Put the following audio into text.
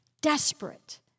desperate